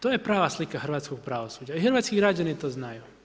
To je prava slika hrvatskog pravosuđa i hrvatski građani to znaju.